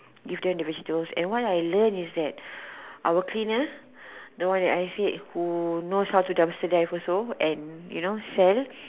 give them the vegetables and what I learn is that our cleaner the one I said who know how to dumpster dive also and you know sell